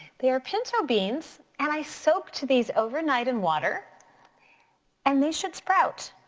they are pinto beans and i soaked these over night in water and they should sprout.